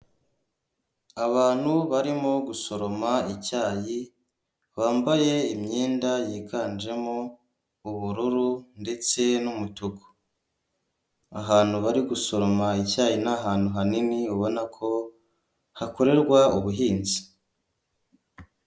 Abantu barimo gusoroma icyayi, bambaye imyenda yiganjemo ubururu ndetse n'umutuku, ahantu bari gusoroma icyayi ni ahantu hanini ubona ko hakorerwa ubuhinzi.